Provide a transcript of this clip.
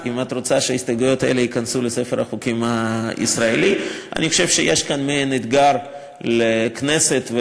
חברת הכנסת יחימוביץ, אני מציע לך לעיין ברשימת